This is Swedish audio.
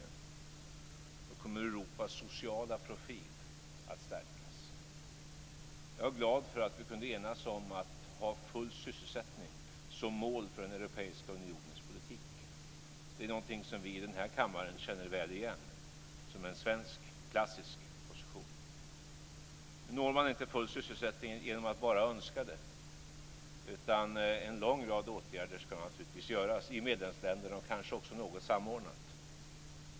Då kommer Europas sociala profil att stärkas. Jag är glad för att vi kunde enas om att ha full sysselsättning som mål för den europeiska unionens politik. Det är någonting som vi i den här kammaren känner väl igen som en svensk, klassisk position. Nu når man inte full sysselsättning genom att bara önska det, utan en lång rad åtgärder ska naturligtvis vidtas i medlemsländerna och kanske också något samordnat.